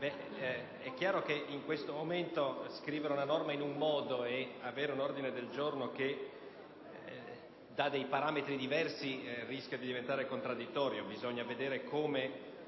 Presidente, in questo momento scrivere la norma in un modo ed avere un ordine del giorno che prevede parametri diversi rischierebbe di essere contraddittorio. Bisogna vedere come